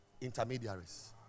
intermediaries